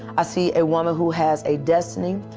i see a woman who has a destiny.